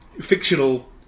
fictional